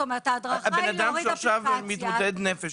בן אדם שהוא מתמודד נפש,